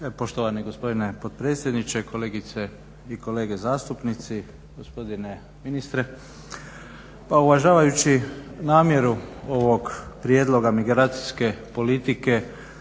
Poštovani gospodine potpredsjedniče, kolegice i kolege zastupnici, gospodine ministre. Pa uvažavajući namjeru ovog prijedloga migracijske politike